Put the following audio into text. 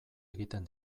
egiten